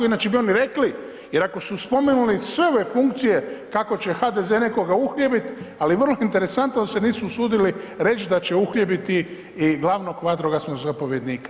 Inače bi oni rekli jer ako su spomenuli sve ove funkcije kako će HDZ nekoga uhljebiti, ali vrlo interesantno da se nisu usuditi reći da će uhljebiti i glavnog vatrogasnog zapovjednika.